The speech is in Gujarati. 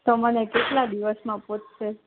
તો મને કેટલા દિવસમાં પોચસે